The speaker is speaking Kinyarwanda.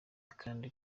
kandi